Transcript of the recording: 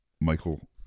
Michael